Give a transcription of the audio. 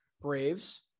Braves